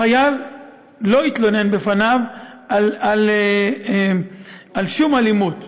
החייל לא התלונן בפניו על שום אלימות,